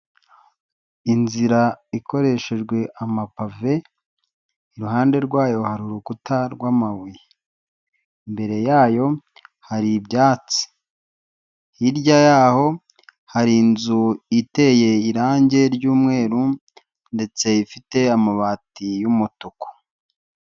Inzira ikoreshejwe amapave, iruhande rwayo hari urukuta rw'amabuye imbere yayo hari ibyatsi, hirya yayo hari inzu iteye irangi ry'umweru ndetse ifite amabati y’umutuku.